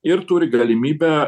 ir turi galimybę